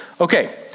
Okay